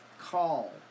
call